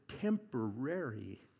temporary